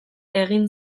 egin